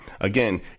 Again